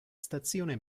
stazione